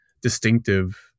distinctive